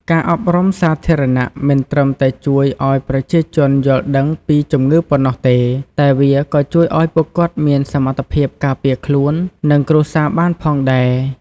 ការអប់រំសាធារណៈមិនត្រឹមតែជួយឲ្យប្រជាជនយល់ដឹងពីជំងឺប៉ុណ្ណោះទេ តែវាក៏ជួយឲ្យពួកគាត់មានសមត្ថភាពការពារខ្លួន និងគ្រួសារបានផងដែរ។